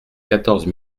quatorze